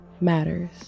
matters